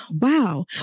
Wow